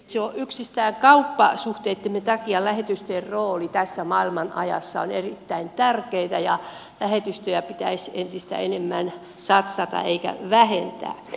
jo yksistään kauppasuhteittemme takia lähetystöjen rooli tässä maailmanajassa on erittäin tärkeä ja lähetystöihin pitäisi entistä enemmän satsata eikä vähentää